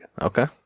Okay